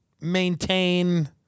maintain